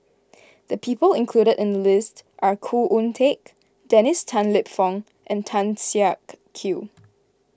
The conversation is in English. the people included in the list are Khoo Oon Teik Dennis Tan Lip Fong and Tan Siak Kew